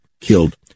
killed